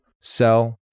sell